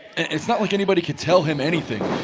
and its not like anybody could tell him anything